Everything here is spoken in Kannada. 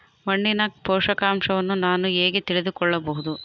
ಮಣ್ಣಿನ ಪೋಷಕಾಂಶವನ್ನು ನಾನು ಹೇಗೆ ತಿಳಿದುಕೊಳ್ಳಬಹುದು?